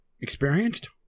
experienced